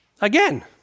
Again